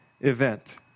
event